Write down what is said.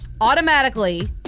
Automatically